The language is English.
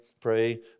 pray